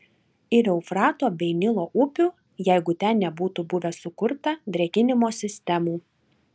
ir eufrato bei nilo upių jeigu ten nebūtų buvę sukurta drėkinimo sistemų